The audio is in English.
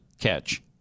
catch